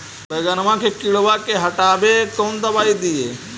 बैगनमा के किड़बा के हटाबे कौन दवाई दीए?